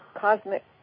Cosmic